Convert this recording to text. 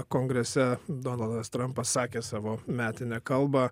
kongrese donaldas trampas sakė savo metinę kalbą